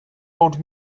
old